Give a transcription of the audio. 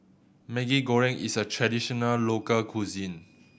Maggi Goreng is a traditional local cuisine